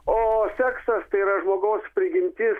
o seksas tai yra žmogaus prigimtis